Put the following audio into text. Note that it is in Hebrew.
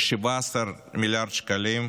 ב-17 מיליארד שקלים.